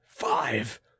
five